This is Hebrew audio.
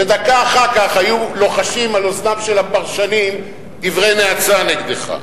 ודקה אחר כך היו לוחשים על אוזנם של הפרשנים דברי נאצה נגדך.